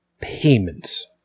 payments